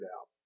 out